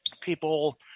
people